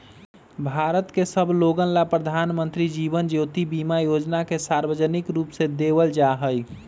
भारत के सब लोगन ला प्रधानमंत्री जीवन ज्योति बीमा योजना के सार्वजनिक रूप से देवल जाहई